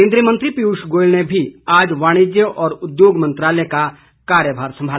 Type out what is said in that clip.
केन्द्रीय मंत्री पीयूष गोयल ने भी आज वाणिज्य और उद्योग मंत्रालय का कार्यभार संभाला